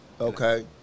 Okay